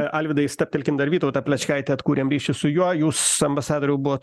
alvydai stabtelkim dar vytautą plečkaitį atkūrėm ryšį su juo jūs ambasadoriau buvot